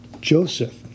Joseph